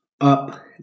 Up